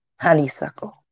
Honeysuckle